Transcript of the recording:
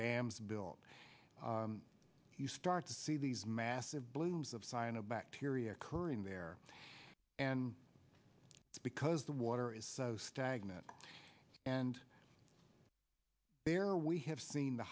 dams built you start to see these massive blooms of sign of bacteria occurring there and because the water is so stagnant and there we have seen the